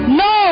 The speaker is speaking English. no